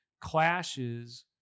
clashes